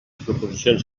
proposicions